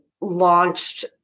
launched